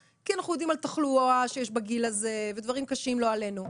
כי אנחנו יודעים על תחלואה שיש בגיל הזה ודברים קשים לא עלינו.